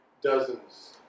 dozens